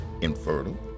infertile